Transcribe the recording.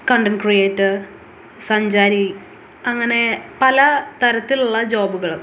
content creator സഞ്ചാരി അങ്ങനെ പല തരത്തിലുള്ള ജോബുകളും